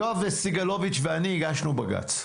יואב סגלוביץ' ואני הגשנו בג"ץ.